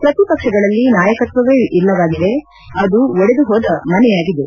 ಪ್ರತಿಪಕ್ಷಗಳಲ್ಲಿ ನಾಯಕತ್ವವೇ ಇಲ್ಲವಾಗಿದೆ ಅದು ಒಡೆದುಹೋದ ಮನೆಯಾಗಿದೆ